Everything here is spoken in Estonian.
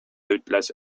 ütles